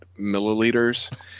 milliliters